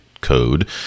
code